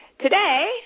Today